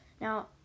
Now